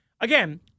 Again